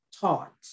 taught